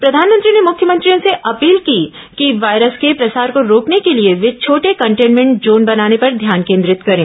प्रधानमंत्री ने मुख्यमंत्रियों से अपील की कि वायरस के प्रसार को रोकने के लिए वे छोटे कंटेनमेंट जोन बनाने पर ध्यान केन्द्रित करें